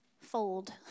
fold